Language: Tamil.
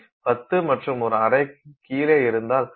ஆகவே 10 மற்றும் ஒரு அரைக்குக் கீழே இருந்தால் அது 10 ஆக கருதப்படும்